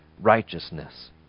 righteousness